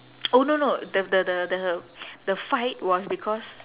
oh no no the the the the the fight was because